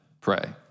pray